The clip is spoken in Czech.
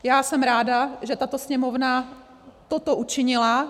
Já jsem ráda, že tato Sněmovna toto učinila.